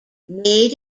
made